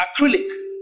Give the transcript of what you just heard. acrylic